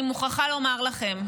אני מוכרחה לומר לכם,